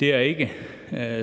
Det er ikke